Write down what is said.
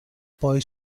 poi